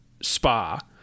Spa